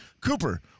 Cooper